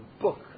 book